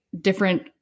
different